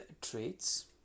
traits